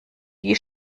die